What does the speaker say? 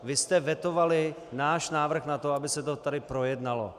Vy jste vetovali náš návrh na to, aby se to tady projednalo.